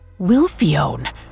Wilfione